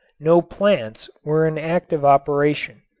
no plants were in active operation.